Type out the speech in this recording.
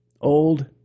Old